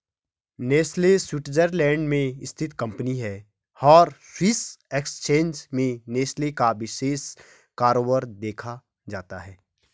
Nestle Switzerland में स्थित company है और स्विस एक्सचेंज में नेस्ले का विशेष कारोबार देखा जाता है